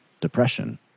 depression